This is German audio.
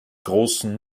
großen